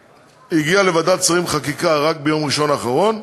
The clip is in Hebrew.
והיא הגיעה לוועדת שרים לחקיקה רק ביום ראשון האחרון,